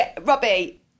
Robbie